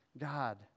God